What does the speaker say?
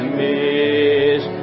miss